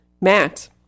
Matt